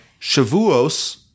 Shavuos